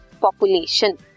population